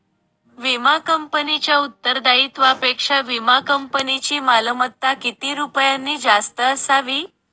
विमा कंपनीच्या उत्तरदायित्वापेक्षा विमा कंपनीची मालमत्ता किती रुपयांनी जास्त असावी?